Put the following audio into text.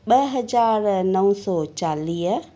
ॿ हज़ार नौ सौ चालीह